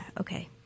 okay